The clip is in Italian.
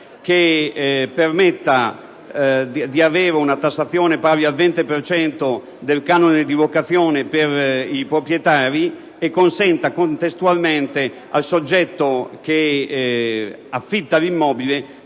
che permetta di avere una tassazione pari al 20 per cento del canone di locazione per i proprietari e che consenta contestualmente al soggetto che affitta l'immobile